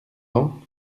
ans